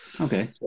Okay